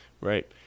Right